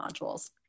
modules